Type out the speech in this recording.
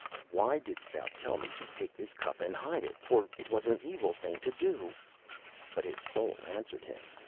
why didst thou tell me to take this cup and hide it, for it was an evil thing to do but his soul answered him,